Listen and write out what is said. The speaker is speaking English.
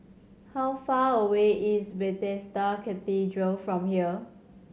how far away is Bethesda Cathedral from here